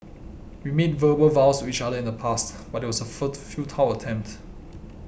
we made verbal vows to each other in the past but it was a futile attempt